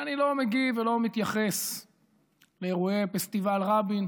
שאני לא מגיב ולא מתייחס לאירועי פסטיבל רבין,